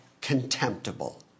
contemptible